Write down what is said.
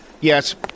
Yes